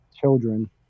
children